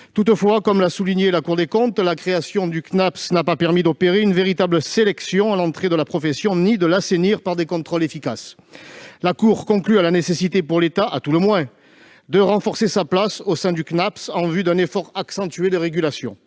Toutefois, comme l'a souligné la Cour des comptes, la création de ce conseil n'a pas permis d'opérer une véritable sélection à l'entrée de la profession ni de l'assainir par des contrôles efficaces. La Cour conclut à la nécessité pour l'État, à tout le moins, d'accroître son rôle au sein du Cnaps en vue d'accentuer les efforts de régulation.